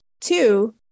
Two